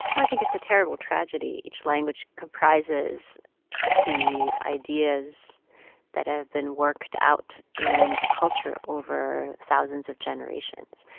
i think it's a terrible tragedy. each language comprises the ideas that have been worked out in a culture over thousands of generations,